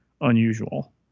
unusual